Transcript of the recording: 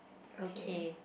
okay